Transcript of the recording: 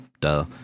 duh